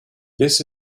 this